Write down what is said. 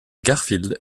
garfield